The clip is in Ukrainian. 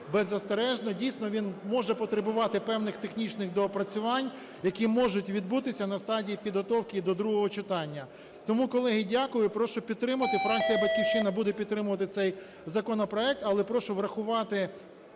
беззастережно. Дійсно, він може потребувати певних технічних доопрацювань, які можуть відбутися на стадії підготовки до другого читання. Тому, колеги, дякую. Прошу підтримати. Фракція "Батьківщина" буде підтримувати цей законопроект, але прошу врахувати